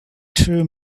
two